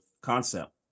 concept